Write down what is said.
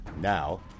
Now